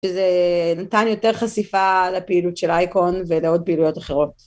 שזה נתן יותר חשיפה לפעילות של אייקון ולעוד פעילויות אחרות.